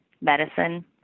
medicine